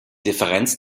differenz